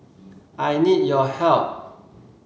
I need your help